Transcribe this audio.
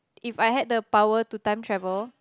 If I had the power to time travel